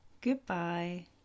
Goodbye